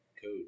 code